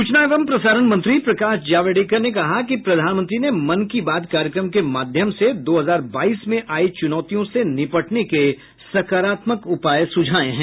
सूचना एवं प्रसारण मंत्री प्रकाश जावड़ेकर ने कहा कि प्रधानमंत्री ने मन की बात कार्यक्रम के माध्यम से दो हजार बाईस में आई चुनौतियों से निपटने के सकारात्मक उपाय सुझाए हैं